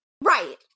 Right